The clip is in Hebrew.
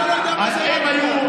הבוס שלך לא יודע מה זה רב-קו.